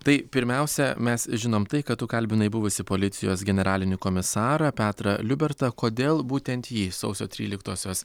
tai pirmiausia mes žinom tai kad tu kalbinai buvusį policijos generalinį komisarą petrą liubertą kodėl būtent jį sausio tryliktosios